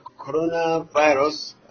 coronavirus